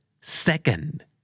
Second